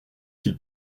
qu’il